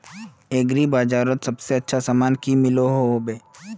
Agri बजारोत सबसे अच्छा सामान की मिलोहो होबे?